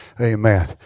Amen